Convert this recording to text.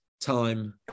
time